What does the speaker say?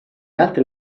altre